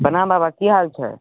प्रणम बाबा की हाल छै